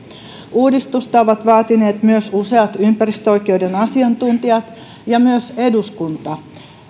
uudistusta ovat vaatineet myös useat ympäristöoikeuden asiantuntijat ja myös eduskunta